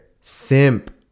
Simp